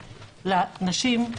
לנשים,